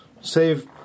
Save